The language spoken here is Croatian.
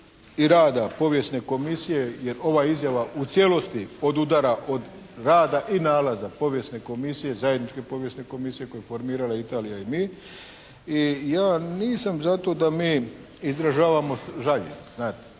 i rada Povijesne komisije jer ova izjava u cijelosti odudara od rada i nalaza Povijesne komisije, zajedničke Povijesne komisije koju je formirala Italija i mi i ja nisam za to da mi izražavamo žaljenje znate?